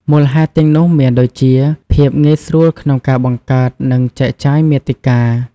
មូលហេតុទាំងនោះមានដូចជា ភាពងាយស្រួលក្នុងការបង្កើត និងចែកចាយមាតិកា។